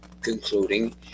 concluding